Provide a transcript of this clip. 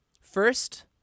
First